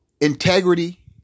integrity